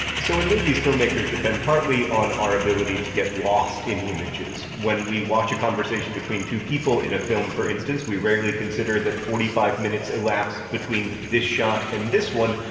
so, in movies, filmmakers depend partly on our ability to get lost in images when we watch a conversation between two people in a film, for instance, we rarely consider that forty-five minutes elapsed between this shot and this one,